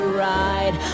ride